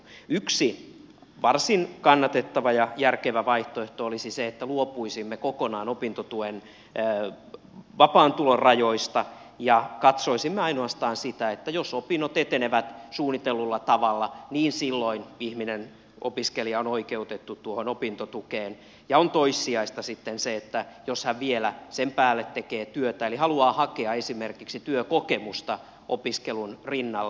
yksi varsin kannatettava ja järkevä vaihtoehto olisi se että luopuisimme kokonaan opintotuen vapaan tulon rajoista ja katsoisimme ainoastaan sitä että jos opinnot etenevät suunnitellulla tavalla niin silloin opiskelija on oikeutettu tuohon opintotukeen ja on toissijaista sitten se jos hän vielä sen päälle tekee työtä eli haluaa hakea esimerkiksi työkokemusta opiskelun rinnalla